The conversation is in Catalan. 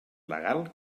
legal